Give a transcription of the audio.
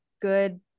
good